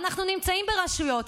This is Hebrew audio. ואנחנו נמצאים ברשויות,